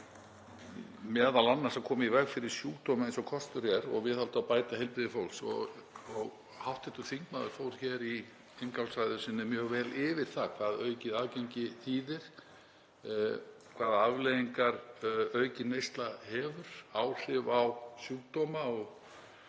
m.a. að koma í veg fyrir sjúkdóma eins og kostur er og viðhalda og bæta heilbrigði fólks. Hv. þingmaður fór hér í inngangsræðu sinni mjög vel yfir það hvað aukið aðgengi þýðir, hvaða afleiðingar aukin neysla hefur áhrif á sjúkdóma og